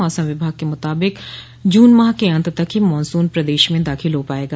मौसम विभाग के मुताबिक जून माह के अंत तक ही मानसून प्रदेश में दाखिल हो पायेगा